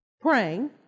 praying